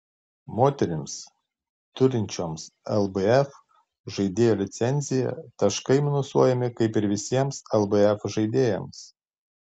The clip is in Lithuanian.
moterims turinčioms lbf žaidėjo licenciją taškai minusuojami kaip ir visiems lbf žaidėjams